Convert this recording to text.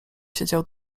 siedział